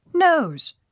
Nose